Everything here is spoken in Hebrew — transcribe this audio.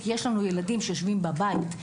כי יש ילדים שיושבים בבית.